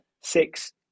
six